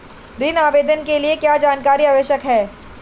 ऋण आवेदन के लिए क्या जानकारी आवश्यक है?